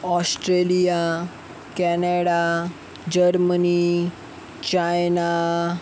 Australia Canada Germany China